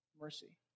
mercy